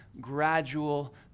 gradual